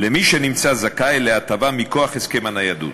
למי שנמצא זכאי להטבה מכוח הסכם הניידות.